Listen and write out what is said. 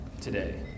today